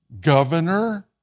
governor